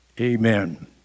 amen